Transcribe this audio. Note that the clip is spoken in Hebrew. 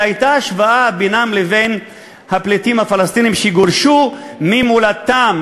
והייתה השוואה בינם לבין הפליטים הפלסטינים שגורשו ממולדתם.